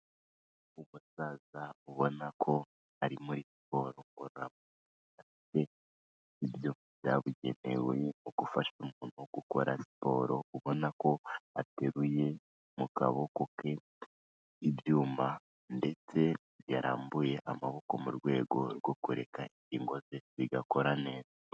Umusaza ubona ko ari muri siporo ngororamuniri afite ibyuma byabugenewe mu gufasha umuntu gukora siporo ubona ko ateruye mu kaboko ke ibyuma ndetse yarambuye amaboko mu rwego rwo kureka ingingo ze igakora neza.